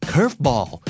Curveball